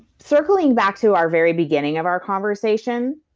circling back to our very beginning of our conversation,